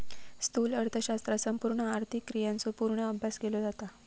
स्थूल अर्थशास्त्रात संपूर्ण आर्थिक क्रियांचो पूर्ण अभ्यास केलो जाता